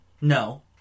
No